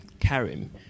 Karim